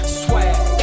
swag